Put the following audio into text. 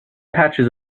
patches